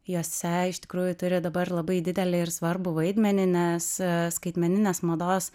jose iš tikrųjų turi dabar labai didelį ir svarbų vaidmenį nes skaitmeninės mados